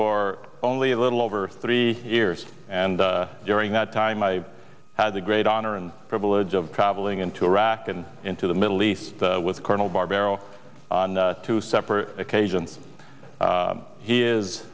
for only a little over three years and during that time i had the great honor and privilege of traveling into iraq and into the middle east with colonel barbero on two separate occasions he is